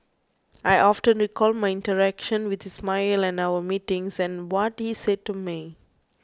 I often recall my interaction with Ismail and our meetings and what he said to me